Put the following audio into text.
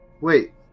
Wait